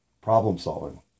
problem-solving